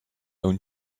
own